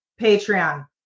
Patreon